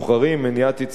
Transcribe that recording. מניעת יציאה לחו"ל,